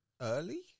early